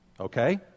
Okay